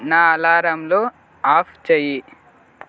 నా అలారంలు ఆఫ్ చెయ్యి